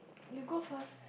you go first